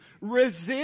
Resist